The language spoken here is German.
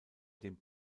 dem